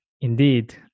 indeed